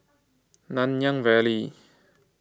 Nanyang Valley